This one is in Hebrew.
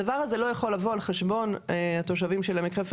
הדבר הזה לא יכול לבוא על חשבון התושבים של עמק חפר,